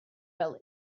fel